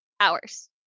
hours